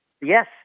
Yes